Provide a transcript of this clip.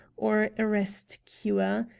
or a rest-cure.